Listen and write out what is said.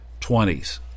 20s